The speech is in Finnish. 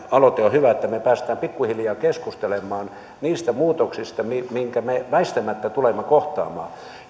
aloite on hyvä että me pääsemme pikkuhiljaa keskustelemaan niistä muutoksista mitkä me väistämättä tulemme kohtaamaan